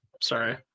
Sorry